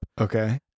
Okay